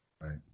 Right